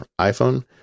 iPhone